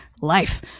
life